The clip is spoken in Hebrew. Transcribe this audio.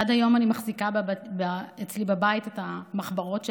עד היום אני מחזיקה אצלי בבית את המחברות שלה,